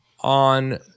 on